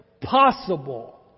possible